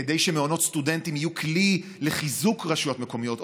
כדי שמעונות סטודנטים יהיו כלי לחיזוק רשויות מקומיות.